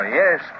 yes